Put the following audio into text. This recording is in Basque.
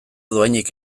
dohainik